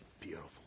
beautiful